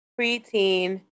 preteen